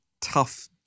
tough